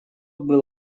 был